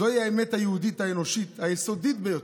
זוהי האמת היהודית האנושית היסודית ביותר.